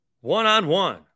One-on-one